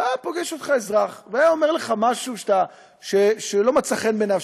והיה פוגש אותך אזרח והיה אומר לך שמשהו לא מצא חן בעיניו,